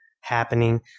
happening